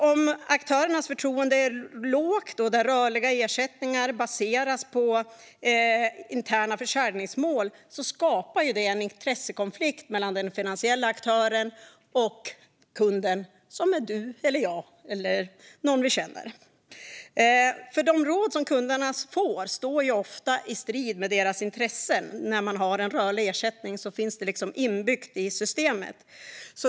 Om aktörernas förtroende är lågt och rörliga ersättningar baseras på interna försäljningsmål skapar det en intressekonflikt mellan den finansiella aktören och kunden, som är du eller jag eller någon du känner. De råd som kunderna får står ofta i strid med deras intressen. När man har en rörlig ersättning finns det liksom inbyggt i systemet.